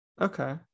okay